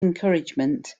encouragement